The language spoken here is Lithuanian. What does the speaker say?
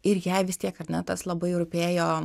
ir jai vis tiek ar ne tas labai rūpėjo